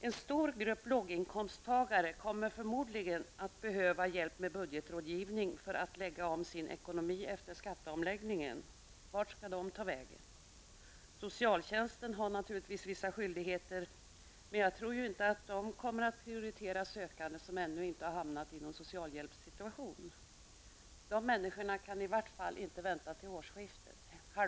En stor grupp låginkomsttagare kommer förmodligen att behöva hjälp med budgetrådgivning för att kunna lägga om sin ekonomi efter skatteomläggningen. Vart skall dessa ta vägen? Socialtjänsten har naturligtvis vissa skyldigheter, men jag tror inte att den kommer att prioritera sökande som ännu inte hamnat i någon socialhjälpssituation. Dessa människor kan i vart fall inte vänta till halvårsskiftet.